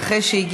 עד שאני מקריאה,